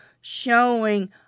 showing